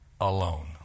alone